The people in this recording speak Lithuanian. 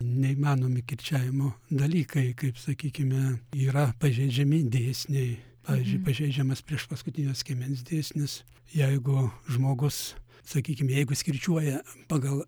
neįmanomi kirčiavimo dalykai kaip sakykime yra pažeidžiami dėsniai pavyzdžiui pažeidžiamas priešpaskutinio skiemens dėsnis jeigu žmogus sakykim jeigu jis kirčiuoja pagal